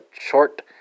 Short